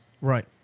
right